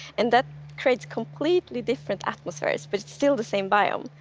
and that creates completely different atmospheres. but it's still the same biome.